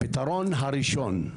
הפתרון הראשון,